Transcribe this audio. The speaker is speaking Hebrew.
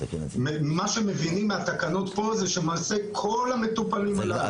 ממה שמבינים מהתקנות פה זה שלמעשה כל המטופלים הללו